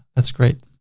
that's great.